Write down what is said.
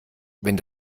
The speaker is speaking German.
wenn